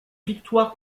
victoire